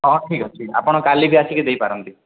ହଁ ଠିକ୍ ଅଛି ଆପଣ କାଲିକି ଆସିକି ଦେଇପାରନ୍ତି